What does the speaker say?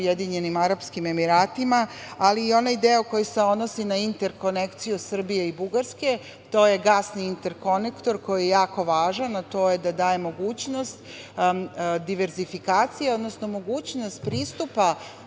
Ujedinjenim Arapskim Emiratima, ali i onaj deo koji se odnosi na interkonekciju Srbije i Bugarske. To je gasni interkonektor koji je jako važan, a to je da daje mogućnost diverzifikaciji, odnosno mogućnost pristupa